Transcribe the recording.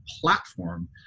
platform